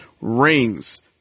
Rings